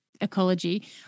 ecology